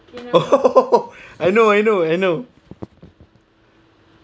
oh I know I know I know